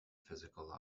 physical